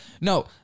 no